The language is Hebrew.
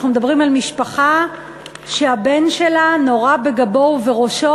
אנחנו מדברים על משפחה שהבן שלה נורה בגבו ובראשו,